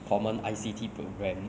common I_C_T program